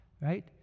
right